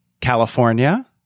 California